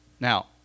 Now